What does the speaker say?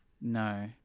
No